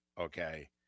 okay